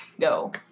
go